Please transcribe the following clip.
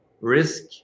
risk